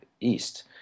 East